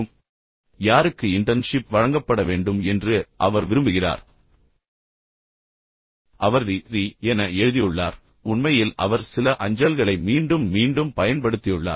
எனவே யாருக்கு இன்டர்ன்ஷிப் வழங்கப்பட வேண்டும் என்று அவர் விரும்புகிறார் இப்போது விஷயத்தைப் பாருங்கள் அவர் ரி ரி என எழுதியுள்ளார் உண்மையில் அவர் சில அஞ்சல்களை மீண்டும் மீண்டும் பயன்படுத்தியுள்ளார்